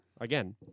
Again